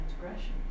transgressions